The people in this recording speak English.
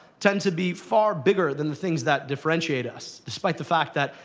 tend to be far bigger than the things that differentiate us, despite the fact that,